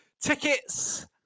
tickets